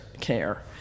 care